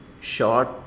Short